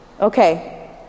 Okay